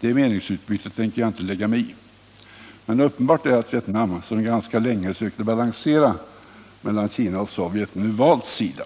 Det meningsutbytet tänker jag inte lägga mig i, men uppenbart är att Vietnam, som ganska länge sökte balansera mellan Kina och Sovjet, nu valt sida.